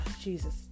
Jesus